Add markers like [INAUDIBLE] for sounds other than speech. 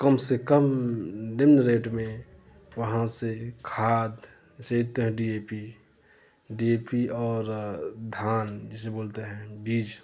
कम से कम निम्न रेट में वहाँ से खाद [UNINTELLIGIBLE] D A P D A P और धान जिसे बोलते हैं बीज